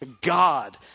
God